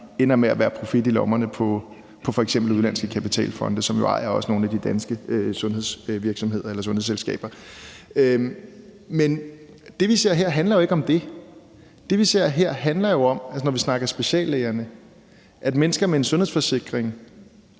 ender med at være profit i lommerne på f.eks. udenlandske kapitalfonde, som jo også ejer nogle af de danske sundhedsvirksomheder eller sundhedsselskaber. Men det, vi ser her, handler jo ikke om det. Det, vi ser her, handler jo om – når vi snakker speciallæger – at mennesker med en sundhedsforsikring